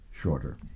shorter